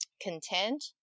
content